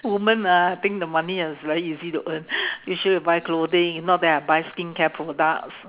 women ah think the money is very easy to earn usually we buy clothing if not then I buy skincare products